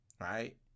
right